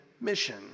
mission